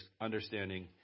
understanding